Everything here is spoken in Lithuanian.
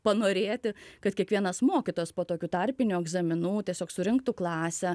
panorėti kad kiekvienas mokytojas po tokių tarpinių egzaminų tiesiog surinktų klasę